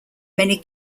many